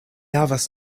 havas